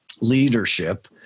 leadership